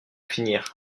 finir